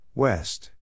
West